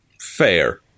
fair